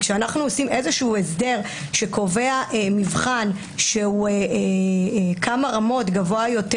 וכשאנו עושים הסדר שקובע מבחן שהוא כמה רמות גבוה יותר